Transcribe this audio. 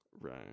Right